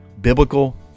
biblical